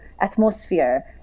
atmosphere